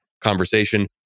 conversation